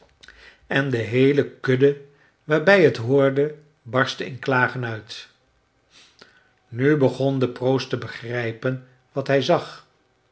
en de heele kudde waarbij het hoorde barstte in klagen uit nu begon de proost te begrijpen wat hij zag